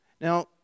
Now